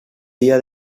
dia